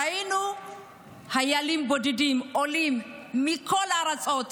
ראינו חיילים בודדים עולים מכול הארצות.